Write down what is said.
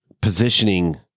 positioning